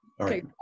Okay